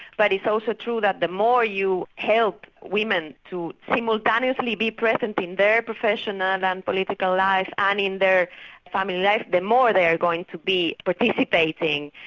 but it's also true that the more you help women to simultaneously be present in their professional and political life and in their family life, the more they are going to be participating.